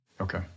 Okay